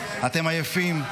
אתם עייפים.